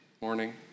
Morning